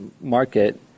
market